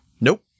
Nope